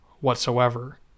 whatsoever